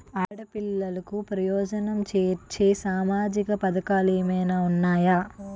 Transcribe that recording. ఆడపిల్లలకు ప్రయోజనం చేకూర్చే సామాజిక పథకాలు ఏమైనా ఉన్నాయా?